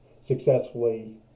successfully